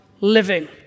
living